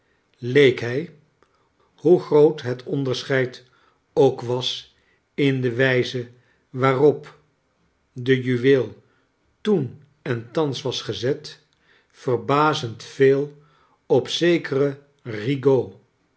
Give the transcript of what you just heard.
leek hij hoe groot het onderscheid ook was in de wijze waar op de juweel toen en thans was gezet verbazend veel op zekeren bigaud